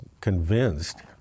convinced